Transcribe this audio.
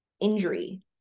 injury